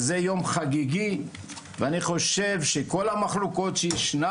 אתם כינסתם דיון --- זה לא חגיגי שרומסים חלק מילדי ישראל.